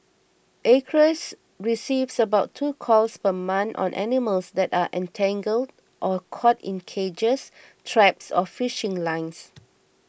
acres receives about two calls per month on animals that are entangled or caught in cages traps or fishing lines